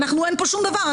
אנחנו אין פה שום דבר,